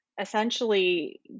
essentially